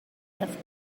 left